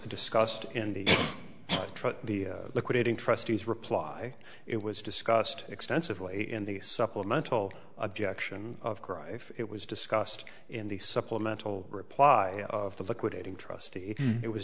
discussed in the trial the liquidating trustees reply it was discussed extensively in the supplemental objection of cry if it was discussed in the supplemental reply of the liquidating trustee it was